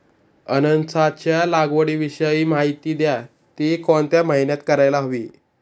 अननसाच्या लागवडीविषयी माहिती द्या, ति कोणत्या महिन्यात करायला हवी?